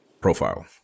profile